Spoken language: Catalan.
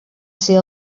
ser